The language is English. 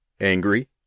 angry